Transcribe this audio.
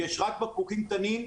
יש רק על בקבוקים קטנים,